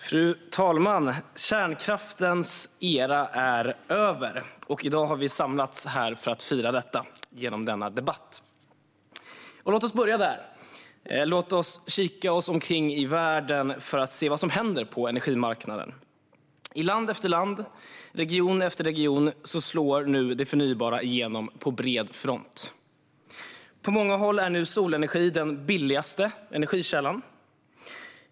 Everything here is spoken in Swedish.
Fru talman! Kärnkraftens era är över. Och i dag har vi samlats för att fira det med denna debatt. Låt oss börja där. Låt oss kika omkring i världen och se vad som händer på energimarknaden. I land efter land, region efter region slår nu det förnybara igenom på bred front. På många håll är solenergi nu den billigaste energikällan.